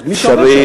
אז מי שעובד שם,